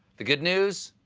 the good news?